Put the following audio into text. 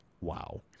Wow